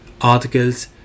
Articles